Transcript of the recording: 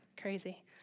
Crazy